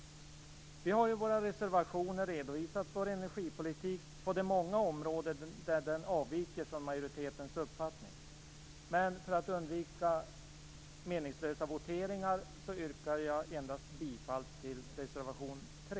Vi har i våra reservationer redovisat vår energipolitik på de många områden där den avviker från majoritetens uppfattning. Men för att undvika meningslösa voteringar yrkar jag bifall endast till reservation 3.